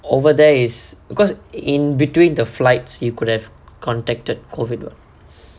over there is because in between the flights you could have contacted COVID [what]